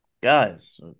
Guys